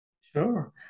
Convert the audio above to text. Sure